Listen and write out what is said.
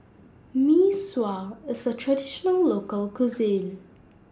Mee Sua IS A Traditional Local Cuisine